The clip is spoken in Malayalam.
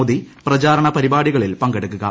മോദി പ്രചാരണ പരിപാടികളിൽ പങ്കെടുക്കുക